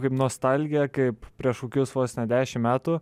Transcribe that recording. kaip nostalgiją kaip prieš kokius vos ne dešim metų